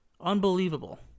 Unbelievable